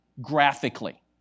graphically